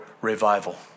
revival